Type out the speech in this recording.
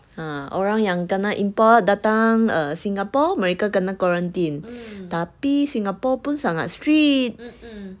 ha orang yang kena import datang err singapore mereka kena quarantine tapi singapore pun sangat strict